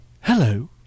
Hello